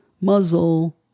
muzzle